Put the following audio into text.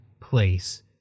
place